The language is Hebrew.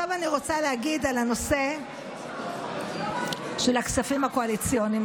עכשיו אני רוצה להגיד על הנושא של הכספים הקואליציוניים.